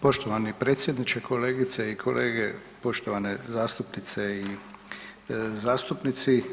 Poštovani predsjedniče, kolegice i kolege, poštovane zastupnice i zastupnici.